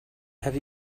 have